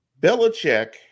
belichick